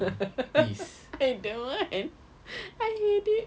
I don't want I hate it